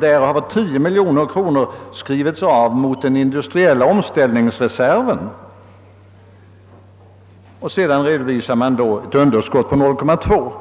därav hade 10 miljoner kronor skrivits av mot den industriella omställningsreserven, och sedan redovisar man ett underskott på 0,2 miljon.